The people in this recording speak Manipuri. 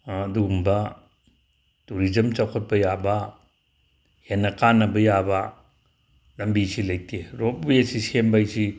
ꯑꯗꯨꯒꯨꯝꯕ ꯇꯨꯔꯤꯖꯝ ꯆꯥꯎꯈꯠꯄ ꯌꯥꯕ ꯍꯦꯟꯅ ꯀꯥꯟꯅꯕ ꯌꯥꯕ ꯂꯝꯕꯤꯁꯦ ꯂꯩꯇꯦ ꯔꯣꯞ ꯋꯦꯁꯤ ꯁꯦꯝꯕ ꯍꯥꯏꯁꯤ